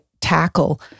tackle